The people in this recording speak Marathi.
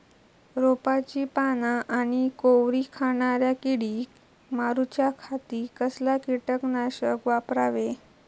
रोपाची पाना आनी कोवरी खाणाऱ्या किडीक मारूच्या खाती कसला किटकनाशक वापरावे?